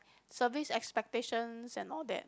service expectations and all that